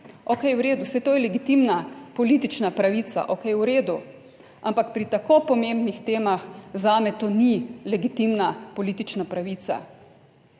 Okej, v redu, saj to je legitimna politična pravica, okej, v redu, ampak pri tako pomembnih temah zame to ni legitimna politična pravica.